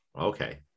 Okay